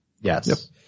Yes